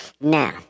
Now